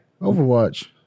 Overwatch